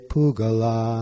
Pugala